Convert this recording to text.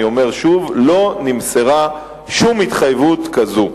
אני אומר שוב, לא נמסרה שום התחייבות כזאת.